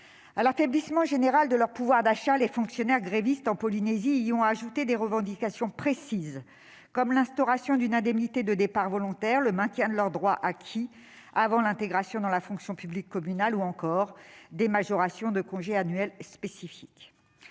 À l'affaiblissement général de leur pouvoir d'achat, les fonctionnaires grévistes de Polynésie ont ajouté des revendications précises, comme l'instauration d'une indemnité de départ volontaire, le maintien des droits acquis avant l'intégration dans la fonction publique communale ou encore des majorations de congés annuels spécifiques.